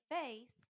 face